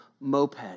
moped